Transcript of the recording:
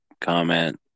comment